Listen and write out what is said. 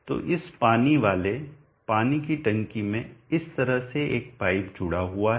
तो इस पानी वाले पानी की टंकी में इस तरह से एक पाइप जुड़ा हुआ है